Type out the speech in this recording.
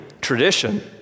tradition